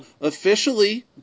officially